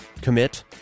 commit